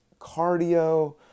cardio